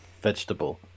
vegetable